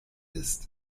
ist